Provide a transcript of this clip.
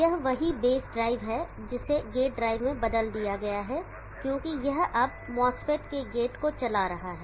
यह वही base drive है जिसे गेट ड्राइव में बदल दिया गया है क्योंकि यह अब MOSFET के गेट को चला रहा है